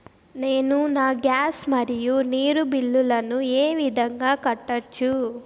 నేను నా గ్యాస్, మరియు నీరు బిల్లులను ఏ విధంగా కట్టొచ్చు?